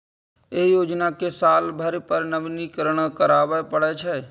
एहि योजना कें साल भरि पर नवीनीकरण कराबै पड़ै छै